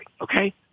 okay